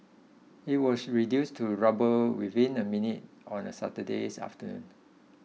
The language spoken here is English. it was reduced to rubble within a minute on a Saturdays afternoon